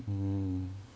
mm